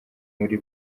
muri